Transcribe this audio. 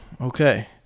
okay